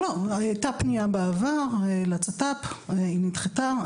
לא, הייתה פנייה בעבר, לצת״פ, היא נדחתה.